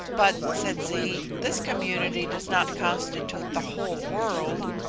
but, said zee, this community does not constitute the whole world.